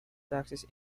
taxes